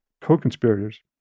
co-conspirators